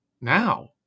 now